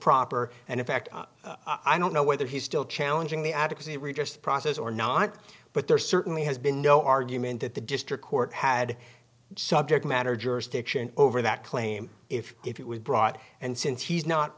proper and in fact i don't know whether he's still challenging the attic as it were just process or not but there certainly has been no argument that the district court had subject matter jurisdiction over that claim if it was brought and since he's not